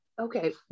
Okay